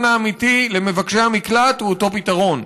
האמיתי למבקשי המקלט הוא אותו פתרון,